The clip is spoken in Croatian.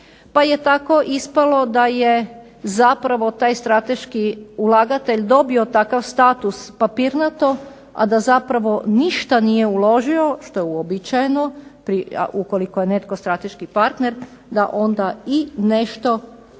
pa je tako ispalo da je zapravo taj strateški ulagatelj dobio takav status papirnato, a da zapravo ništa nije uložio što je uobičajeno, ukoliko je netko strateški partner, da onda i nešto ulaže